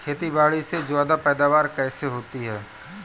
खेतीबाड़ी में ज्यादा पैदावार कैसे होती है?